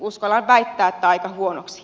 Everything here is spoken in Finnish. uskallan väittää että aika huonosti